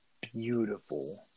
beautiful